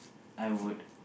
I would